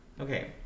Okay